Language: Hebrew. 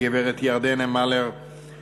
הגברת ירדנה מלר-הורוביץ,